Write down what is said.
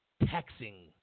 texting